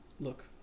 Look